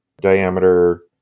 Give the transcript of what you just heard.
diameter